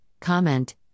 comment